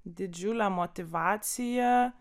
didžiulę motyvaciją